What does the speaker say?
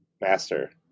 master